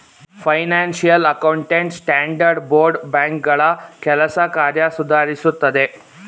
financial account standard board ಬ್ಯಾಂಕ್ಗಳ ಕೆಲಸ ಕಾರ್ಯ ಸುಧಾರಿಸುತ್ತದೆ